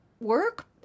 work